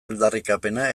aldarrikapena